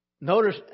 notice